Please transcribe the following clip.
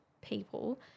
people